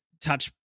touch